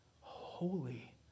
holy